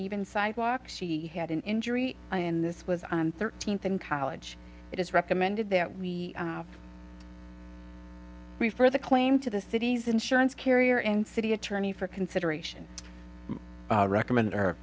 even sidewalk she had an injury and this was thirteenth in college it is recommended that we refer the claim to the city's insurance carrier and city attorney for consideration recommend her